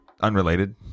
unrelated